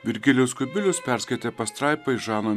virgilijus kubilius perskaitė pastraipą iš žano